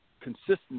consistency